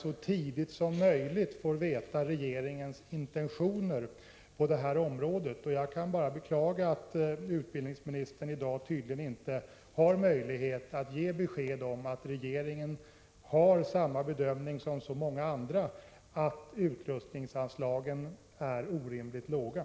Detta medför krångel och försvårar verksamheten, främst inom den estetiska sektorn. Vill statsrådet medverka till att studieförbunden inom ramen för sina totalt tilldelade antal timmar, utan merkostnad för staten, själva får avgöra hur fyratimmarssammankomsterna skall fördelas?